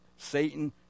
Satan